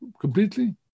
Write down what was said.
completely